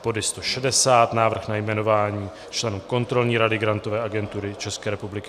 Bod 160, Návrh na jmenování členů Kontrolní rady Grantové agentury České republiky.